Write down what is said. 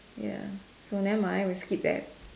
ya so never mind we skip that